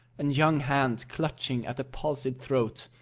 and young hands clutching at a palsied throat.